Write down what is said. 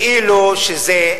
כאילו שזה,